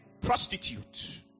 prostitute